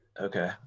Okay